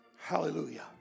Hallelujah